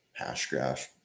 Hashgraph